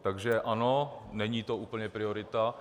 Takže ano, není to úplně priorita.